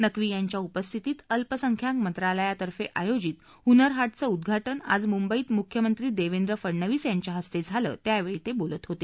नकवी यांच्या उपस्थितीत अल्पसंख्याक मंत्रालयातर्फे आयोजित हुनर हाट चं उद्घाटन आज मुंबईत मुख्यमंत्री देवेंद्र फडणवीस यांच्या हस्ते झाले त्यावेळी नकवी बोलत होते